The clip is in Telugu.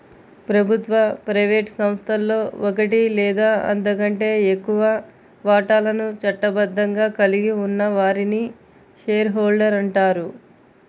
ప్రభుత్వ, ప్రైవేట్ సంస్థలో ఒకటి లేదా అంతకంటే ఎక్కువ వాటాలను చట్టబద్ధంగా కలిగి ఉన్న వారిని షేర్ హోల్డర్ అంటారు